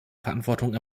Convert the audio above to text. verantwortung